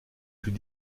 plus